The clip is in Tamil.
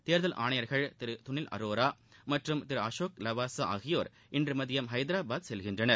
தேர்தல் ஆணையர்கள் திரு சுனில் அரோரா மற்றும் திரு அசோக் லவாசா ஆகியோர் இன்று மதியம் ஐதராபாத் செல்கின்றனர்